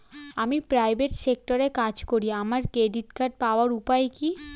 আমি প্রাইভেট সেক্টরে কাজ করি আমার ক্রেডিট কার্ড পাওয়ার উপায় কি?